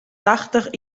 tachtich